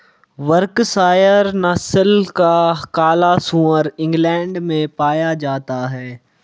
Berkshire नस्ल का काला सुअर इंग्लैण्ड में पाया जाता है